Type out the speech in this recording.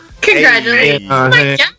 congratulations